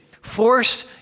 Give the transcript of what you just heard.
Force